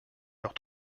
leurs